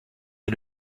est